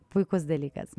puikus dalykas